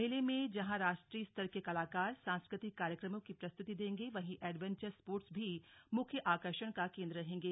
मेले मैं जहां राष्ट्रीय स्तर के कलाकार सांस्कृतिक कार्यक्रमों की प्रस्तुति देंगे वही एडवेंचर स्पोर्ट्स भी मुख्य आकर्षण का केंद्र रहेंगे